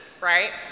right